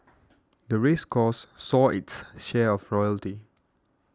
the race course saw its share of royalty